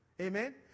Amen